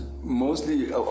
mostly